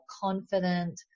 confident